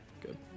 Good